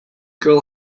girl